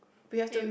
we have to